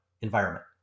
environment